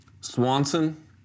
Swanson